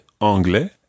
anglais